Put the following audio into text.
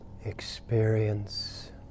Experience